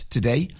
Today